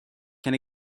can